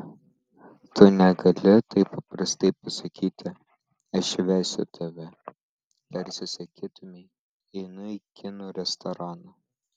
tu negali taip paprastai pasakyti aš vesiu tave tarsi sakytumei einu į kinų restoraną